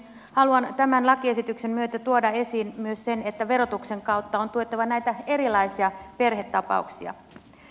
haluan tämän lakiesityksen myötä tuoda esiin myös sen että verotuksen kautta on tuettava näitä erilaisia perhetapauksia